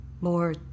more